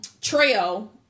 trail